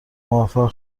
موفق